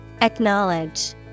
Acknowledge